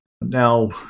Now